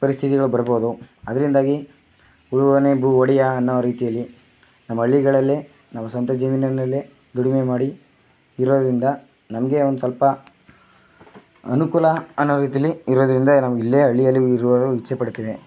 ಪರಿಸ್ಥಿತಿಗಳು ಬರ್ಬೋದು ಅದರಿಂದಾಗಿ ಉಳುವವನೇ ಭೂ ಒಡೆಯ ಅನ್ನೋ ರೀತಿಯಲ್ಲಿ ನಮ್ಮ ಹಳ್ಳಿಗಳಲ್ಲೇ ನಾವು ಸ್ವಂತ ಜಮೀನಿನಲ್ಲಿ ದುಡಿಮೆ ಮಾಡಿ ಇರೋದರಿಂದ ನನಗೆ ಒಂದು ಸ್ವಲ್ಪ ಅನುಕೂಲ ಅನ್ನೋ ರೀತಿಲಿ ಇರೋದರಿಂದ ನಮಗೆ ಇಲ್ಲೇ ಹಳ್ಳಿಯಲ್ಲಿ ಇರೋ ಇಚ್ಛೆಪಡ್ತೀನಿ